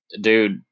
dude